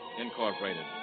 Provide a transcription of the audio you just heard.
Incorporated